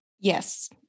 Yes